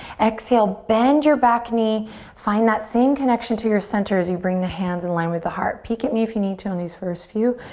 exhale, bend your back knee find that same connection to your center as you bring the hands in line with the heart. peek at me if you need to on these first few.